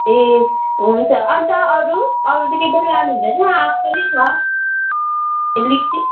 ए हुन्छ अन्त अरू अरू चाहिँ के पनि लानु हुँदैन आँप पनि छ लिच्ची